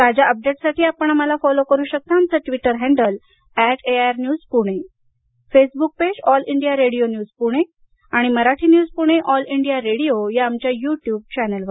ताज्या अपडेट्ससाठी आपण आम्हाला फॉलो करू शकता आमचं Twitter handle at AIR news Pune Facebook page All India Radio News Pune आणि Marathi news Pune All India Radio या आमच्या युट्युब चॅनेलवर